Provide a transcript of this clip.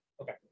Okay